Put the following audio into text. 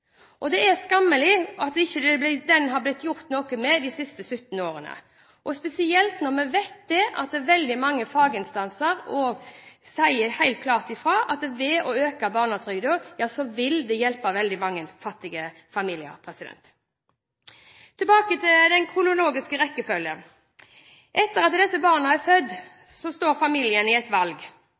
tar; det er skammelig at det ikke er gjort noe med den de siste 17 årene. Spesielt når vi vet at veldig mange faginstanser sier at ved å øke barnetrygden vil det helt klart hjelpe veldig mange fattige familier. Tilbake til den kronologiske rekkefølgen. Etter at barna er født, har familien valget mellom å velge dagmamma, kontantstøtte eller barnehage for barna når foreldrene er rede til å gå ut i